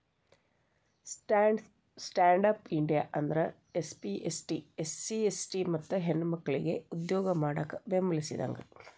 stand up India ಅಂದ್ರ SC ST ಮತ್ತ ಹೆಣ್ಮಕ್ಕಳಿಗೆ ಉದ್ಯೋಗ ಮಾಡಾಕ ಬೆಂಬಲಿಸಿದಂಗ